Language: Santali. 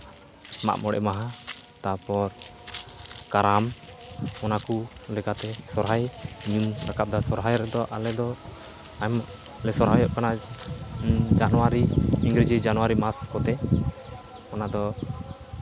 ᱢᱟᱜ ᱢᱚᱬᱮ ᱢᱟᱦᱟ ᱛᱟᱨᱯᱚᱨ ᱠᱟᱨᱟᱢ ᱚᱱᱟ ᱠᱚ ᱞᱮᱠᱟᱛᱮ ᱥᱚᱨᱦᱟᱭ ᱥᱚᱨᱦᱟᱭ ᱨᱮᱫᱚ ᱟᱞᱮ ᱫᱚ ᱟᱭᱢᱟᱞᱮ ᱥᱚᱨᱦᱟᱭᱚᱜ ᱠᱟᱱᱟ ᱡᱟᱱᱩᱣᱟᱨᱤ ᱤᱝᱨᱮᱡᱤ ᱡᱟᱱᱩᱣᱟᱨᱤ ᱢᱟᱥ ᱠᱚᱛᱮ ᱚᱱᱟᱫᱚ